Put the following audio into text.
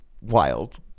wild